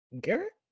Garrett